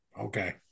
Okay